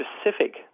specific